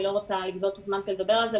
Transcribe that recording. אני לא רוצה לגזול את הזמן כדי לדבר על זה,